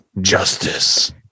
Justice